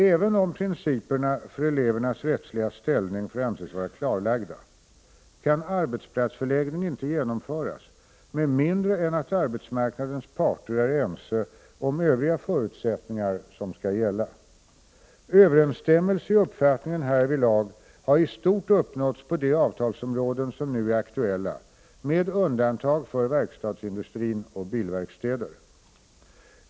Även om principerna för elevernas rättsliga ställning får anses vara klarlagda, kan arbetsplatsförläggning inte genomföras med mindre än att arbetsmarknadens parter är ense om övriga förutsättningar som skall gälla. Överensstämmelse i uppfattningen härvidlag har i stort uppnåtts på de avtalsområden som nu är aktuella, med undantag för verkstadsindustrin och bilverkstäder.